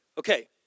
Okay